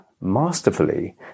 masterfully